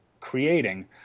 creating